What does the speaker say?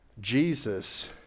Jesus